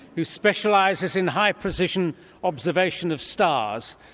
who specialises in high precision observation of stars.